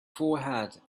forehead